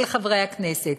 אל חברי הכנסת,